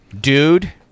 dude